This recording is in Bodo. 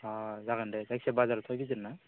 ओ जागोन दे जायखिया बाजाराथ' गिदिर ना